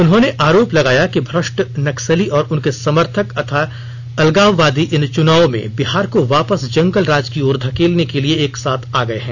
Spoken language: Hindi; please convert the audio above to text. उन्होंने आरोप लगाया कि भ्रष्ट नक्सली और उनके समर्थक तथा अलगाववादी इन चुनावों में बिहार को वापस जंगलराज की ओर धकेलने के लिए एक साथ आ गए हैं